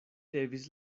levis